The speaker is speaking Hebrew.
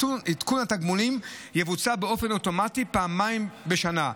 עדכון התגמולים יבוצע באופן אוטומטי פעמיים בשנה,